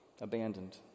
abandoned